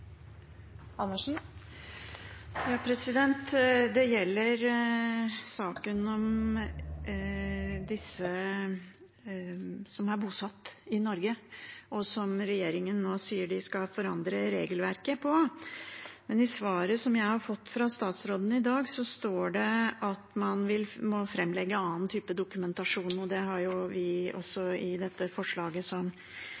som regjeringen nå sier de skal forandre regelverket for. I svaret jeg fikk fra statsråden i dag, står det at man må framlegge annen type dokumentasjon, og det har vi også